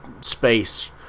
space